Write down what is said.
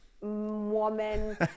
woman